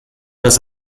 das